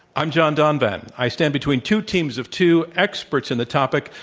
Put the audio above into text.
i'm john donvan. i stand between two teams of two, experts in the topic,